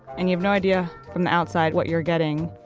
and you have no idea from the outside what you're getting,